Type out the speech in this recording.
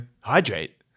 Hydrate